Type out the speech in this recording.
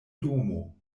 domo